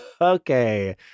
Okay